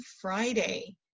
Friday